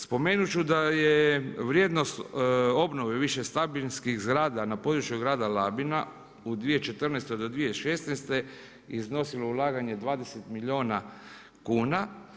Spomenuti ću da je vrijednost obnove više stanbinskih zgrada na području grada Labina u 2014.-2016. iznosilo ulaganje 20 milijuna kuna.